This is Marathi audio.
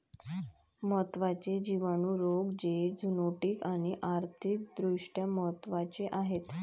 महत्त्वाचे जिवाणू रोग जे झुनोटिक आणि आर्थिक दृष्ट्या महत्वाचे आहेत